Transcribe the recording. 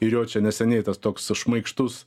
ir jo čia neseniai tas toks šmaikštus